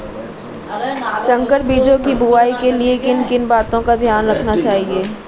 संकर बीजों की बुआई के लिए किन किन बातों का ध्यान रखना चाहिए?